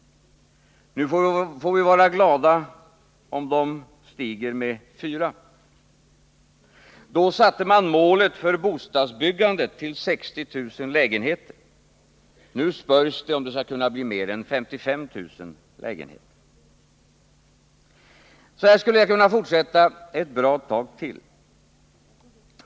Nu får vi vara glada om de stiger med 4 96. Då satte man målet för bostadsbyggandet till 60 000 lägenheter. Nu spörjs det om det skall kunna bli mer än 55 000 lägenheter. Så här skulle jag kunna fortsätta ett bra tag till.